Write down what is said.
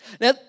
Now